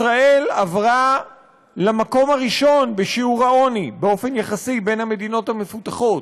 ישראל עברה למקום הראשון בשיעור העוני באופן יחסי בין המדינות המפותחות,